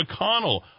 McConnell